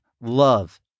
love